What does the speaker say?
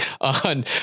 on